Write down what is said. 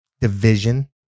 division